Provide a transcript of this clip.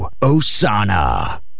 Osana